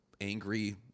angry